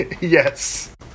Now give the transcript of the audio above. Yes